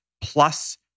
plus